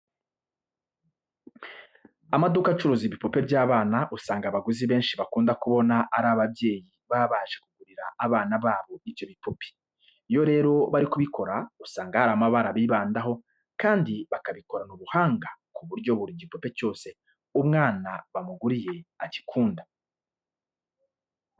Amaduka acuruza ibipupe by'abana usanga abaguzi benshi bakunda kubona ari ababyeyi baba baje kugurira abana babo ibyo bipupe. Iyo rero bari kubikora usanga hari amabara bibandaho kandi bakabikorana ubuhanga ku buryo buri gipupe cyose umwana bamuguriye agikunda.